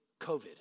COVID